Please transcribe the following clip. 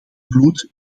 bloed